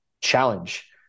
challenge